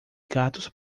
gatos